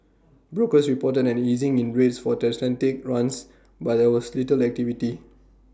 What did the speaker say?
brokers reported an easing in rates for transatlantic runs but there was little activity